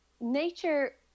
nature